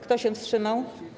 Kto się wstrzymał?